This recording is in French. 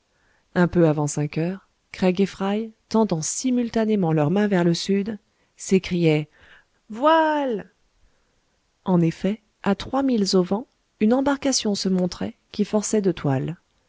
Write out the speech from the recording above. un peu avant cinq heures craig et fry tendant simultanément leur main vers le sud s'écriaient voile en effet à trois milles au vent une embarcation se montrait qui forçait de toile